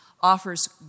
offers